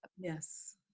Yes